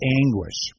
anguish